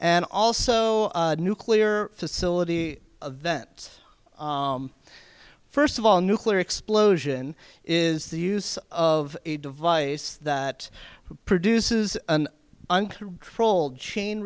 and also nuclear facility events first of all nuclear explosion is the use of a device that produces an uncontrolled chain